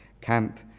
camp